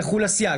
יחול הסייג.